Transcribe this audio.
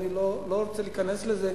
אני לא רוצה להיכנס לזה,